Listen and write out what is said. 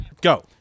Go